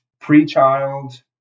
pre-child